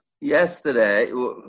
yesterday